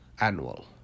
annual